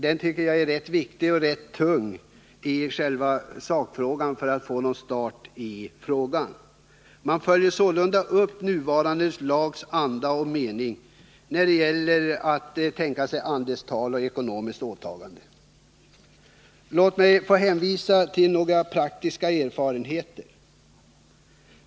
Den tycker jag är rätt viktig för att man skall få i gång verksamheten. Man följer sålunda upp nuvarande lags anda och mening i fråga om andelstal och ekonomiskt åtagande. Låt mig hänvisa till några praktiska erfarenheter.